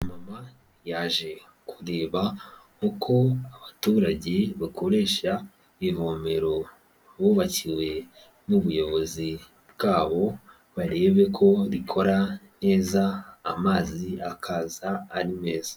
Umama yaje kureba uko abaturage bakoresha ivomero bubakiwe n'ubuyobozi bwabo barebe ko rikora neza amazi akaza ari meza.